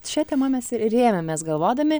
šia tema mes rėmėmės galvodami